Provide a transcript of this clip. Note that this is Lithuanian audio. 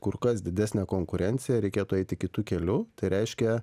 kur kas didesnę konkurenciją reikėtų eiti kitu keliu tai reiškia